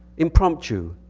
impromptu,